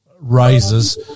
raises